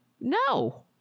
no